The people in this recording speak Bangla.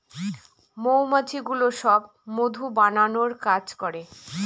মৌমাছিগুলো সব মধু বানানোর কাজ করে